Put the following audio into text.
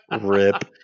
Rip